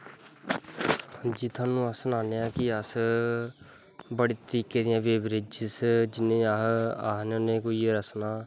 जी थोआनूं अस सनाने आं कि अस बड़े तरीके दी बेबरेजिज जि'नें गी अस आखने होने रसना